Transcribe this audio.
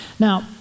Now